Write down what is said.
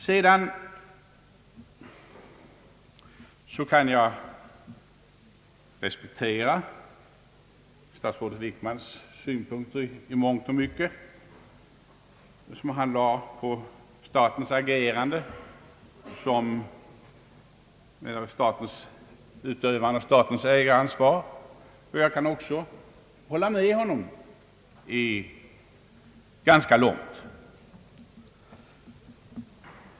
Jag kan respektera de av statsrådet Wickman nyss uttalade synpunkterna på hur staten bör agera som utövare av sitt ägaransvar, och jag kan i denna del också hålla med honom ganska långt.